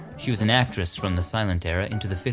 she was an actress from the silent era into the